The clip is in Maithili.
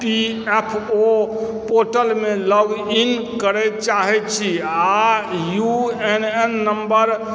ई पी एफ ओ पोर्टलमे लॉग इन करय चाहैत छी आ यू एन एन नम्बर